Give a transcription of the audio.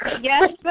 Yes